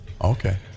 Okay